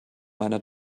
meiner